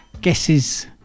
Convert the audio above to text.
guesses